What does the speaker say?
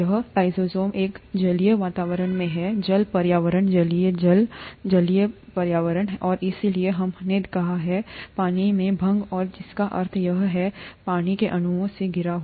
यह लाइसोजाइम एक जलीय वातावरण में है जल पर्यावरण जलीय जल है जलीय पर्यावरण और इसलिए यह हमें एक कहना है पानी में भंग और जिसका अर्थ है यह पानी के अणुओं से घिरा हुआ है